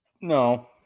no